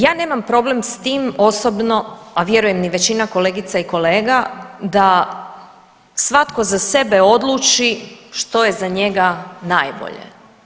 Ja nemam problem s tim osobno, a vjerujem ni većina kolegica i kolega da svatko za sebe odluči što je za njega najbolje.